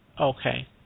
Okay